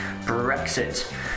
Brexit